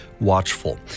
Watchful